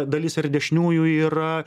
dalis ir dešiniųjų yra